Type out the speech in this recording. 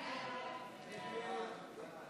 סעיף 12 נתקבל.